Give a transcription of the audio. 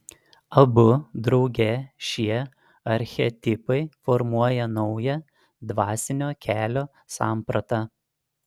abu drauge šie archetipai formuoja naują dvasinio kelio sampratą